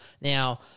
Now